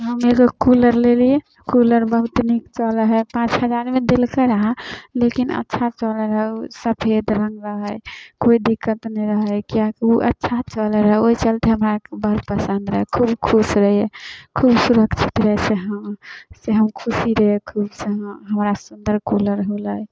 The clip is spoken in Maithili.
हम एगो कूलर लेलिए कूलर बहुत नीक चलै हइ पाँच हजारमे देलकै रहै लेकिन अच्छा चलै रहै ओ सफेद रङ्ग रहै कोइ दिक्कत नहि रहै किएकि ओ अच्छा चलै रहै ओहि चलिते हमरा बहुत पसन्द रहै खूब खुश रहिए खुब सुरक्षित रहै से हँ से हम खुशी रहिए खूब से हँ हमरा सुन्दर कूलर होलै